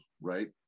right